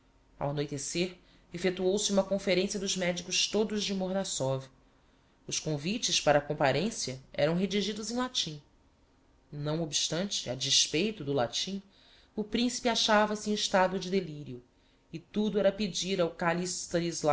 ao anoitecer effectuou se uma conferencia dos medicos todos de mordassov os convites para comparencia eram redigidos em latim e não obstante a despeito do latim o principe achava-se em estado de delirio e tudo era pedir ao kalist